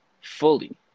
fully